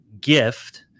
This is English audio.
gift